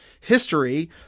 history